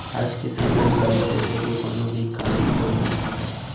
आज के समे म बिन पइसा के कोनो भी काम होइ नइ सकय